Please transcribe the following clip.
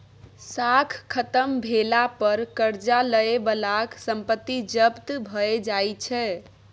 साख खत्म भेला पर करजा लए बलाक संपत्ति जब्त भए जाइ छै